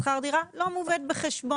שכר דירה לא מובאת בחשבון.